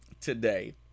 today